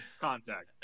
contact